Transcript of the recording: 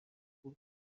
بود